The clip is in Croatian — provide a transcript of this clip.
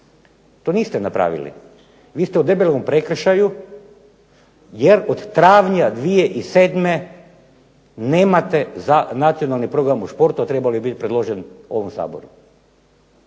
To niste napravili. Vi ste u debelom prekršaju, jer od travnja 2007. nemate Nacionalni program o športu a trebao je biti predložen ovom Saboru.